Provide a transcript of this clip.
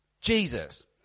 Jesus